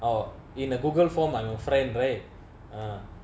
or in a google form I'm a friend right